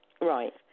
Right